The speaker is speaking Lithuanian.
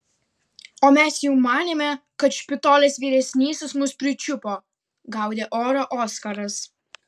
o mes jau manėme kad špitolės vyresnysis mus pričiupo gaudė orą oskaras